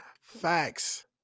facts